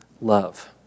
love